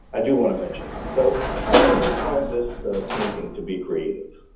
i do wanna mention that. so how many of you find this painting to be creative?